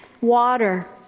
water